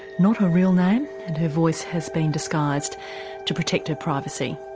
not her real name and her voice has been disguised to protect her privacy.